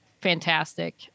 fantastic